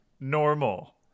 normal